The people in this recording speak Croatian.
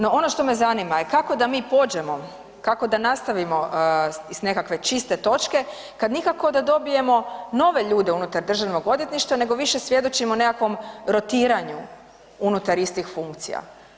No, ono što me zanima kako da mi pođemo, kako da nastavimo iz nekakve čiste točke kad nikako da dobijemo nove ljude unutar Državnog odvjetništva nego više svjedočimo nekakvom rotiranju unutar istih funkcija.